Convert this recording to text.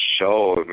show